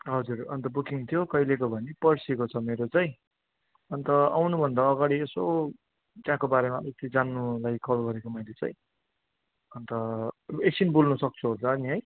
हजुर अन्त बुकिङ थियो कहिलेको भने पर्सीको छ मेरो चाहिँ अन्त आउनुभन्दा अगाडि यसो त्यहाँको बारेमा अलिकति जान्नुलाई कल गरेको मैले चाहिँ अन्त एकछिन बोल्नु सक्छु होला नि है